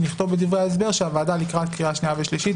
נכתוב בדברי ההסבר שהוועדה לקראת קריאה שנייה ושלישית